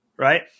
Right